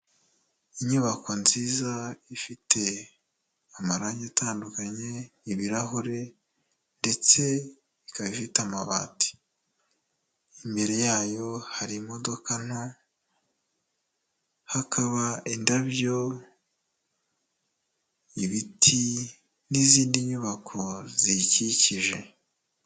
Inyubako nziza ifite amarangi atandukanye, ibirahure ndetse ikaba ifite amabati, imbere yayo hari imodoka nto, hakaba indabyo, ibiti, n'izindi nyubako ziyikikije.